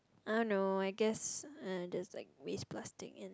I don't know I guess uh just like waste plastic and